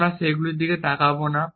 আমরা সেগুলির দিকে তাকাব না